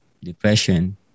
depression